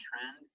trend